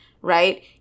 Right